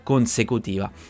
consecutiva